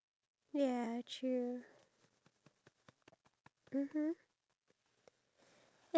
and then so planning is number one and then number two I feel like you must constantly